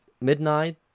midnight